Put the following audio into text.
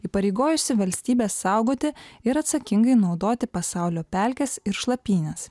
įpareigojusi valstybę saugoti ir atsakingai naudoti pasaulio pelkes ir šlapynes